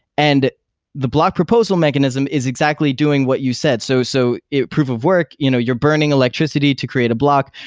and the block proposal mechanism is exactly doing what you said. so so proof of work, you know you're burning electricity to create a block,